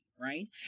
right